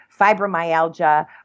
fibromyalgia